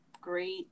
great